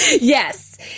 yes